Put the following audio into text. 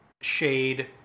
shade